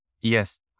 Yes